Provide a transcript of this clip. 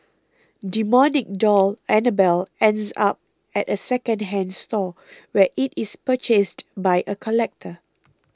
demonic doll Annabelle ends up at a second hand store where it is purchased by a collector